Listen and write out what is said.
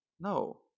No